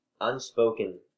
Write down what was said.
unspoken